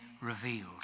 revealed